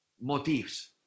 motifs